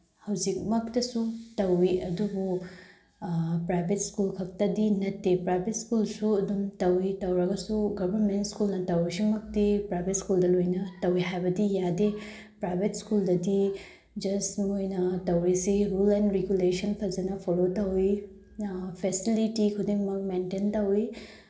ꯍꯧꯖꯤꯛꯃꯛꯇꯁꯨ ꯇꯧꯏ ꯑꯗꯨꯕꯨ private school ꯈꯛꯇꯗꯤ ꯅꯠꯇꯦ ꯄ꯭ꯔꯥꯏꯚꯦꯠ ꯁ꯭ꯀꯨꯜꯁꯨ ꯑꯗꯨꯝ ꯇꯧꯏ ꯇꯧꯔꯒꯁꯨ ꯒꯕꯔꯃꯦꯟ ꯁ꯭ꯀꯨꯜꯅ ꯇꯧꯔꯤ ꯁꯤꯃꯛꯇꯤ ꯄ꯭ꯔꯥꯏꯚꯦꯠ ꯁ꯭ꯀꯨꯜꯗ ꯂꯣꯏꯅ ꯇꯧꯏ ꯍꯥꯏꯕꯗꯤ ꯌꯥꯗꯦ ꯄ꯭ꯔꯥꯏꯚꯦꯠ ꯁ꯭ꯀꯨꯜꯗꯗꯤ ꯖꯁ ꯃꯣꯏꯅ ꯇꯧꯔꯤꯁꯤ ꯔꯨꯜ ꯑꯦꯟ ꯔꯤꯒꯨꯂꯦꯁꯟ ꯐꯖꯅ ꯐꯣꯂꯣ ꯇꯧꯏ ꯐꯦꯁꯤꯂꯤꯇꯤ ꯈꯨꯗꯤꯡꯃꯛ ꯃꯦꯟꯇꯦꯟ ꯇꯧꯏ